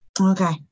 Okay